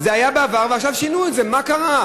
זה היה בעבר ועכשיו שינו את זה, מה קרה?